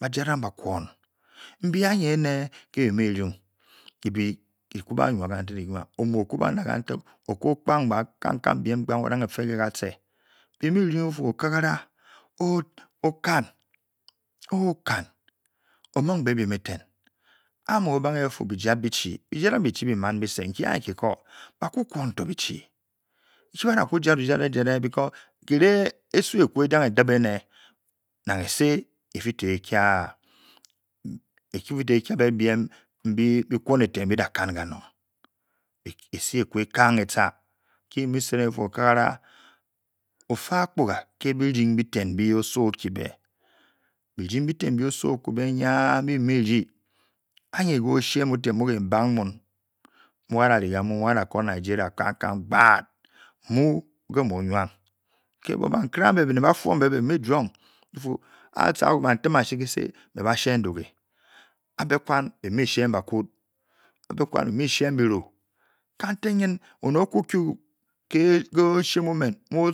Ba´jadang b´kwom nbi-nyi ene ke bii mú bi jung ki bá jung ki bá juaa kanteg ki-nuá omu okúba nag katak okwo gban kan-kan biem ó da fe ke katche bii mu ṅjuo bífa okagara okan o-kan ó mung be bien éten a mu-o bangé ofu bii djat bii chii bi-djadang bitchi bú mãn kisé nki anyi nki-ko baku kwou tó bii chii chi ba dakú djat-o-jat bikõ kiren esu eku ejana e tib-ene nang ese efi tó ekía-bé biem mbi bikwon eten bi na-kan kanong, ese ekú e káan etcha nki bi mu sedeng bifu okagara ofa ákpuga ke bijing nbiten nbi osowo okíbé ne mbi bi mu djie ányi ke o\shee mu ten mu ké mbang mu ba dá kó Nigeria kan-kan gbáat mu ké múo nwa kebong ba nkere a mbé né-ba fuoñ be bii mu djuong bifu atchíe ku bá ntiachi-kise bá shéng ndúgé, a bé kwan bi mu-sheng bakud, abékwan bi-mu-sheng biru, katag-nya onet oku-ku ke o-shee mú men mu